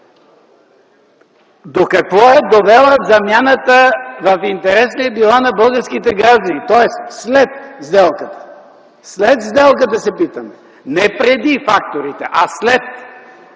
до какво е довела замяната, в интерес ли е била на българските граждани? Тоест, след сделката, след сделката се питаме, не преди факторите, а след!